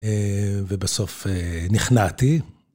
ובסוף נכנעתי.